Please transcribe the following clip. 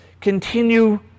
continue